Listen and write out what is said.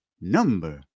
number